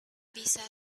bisa